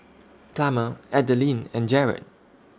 Plummer Adalynn and Jarrad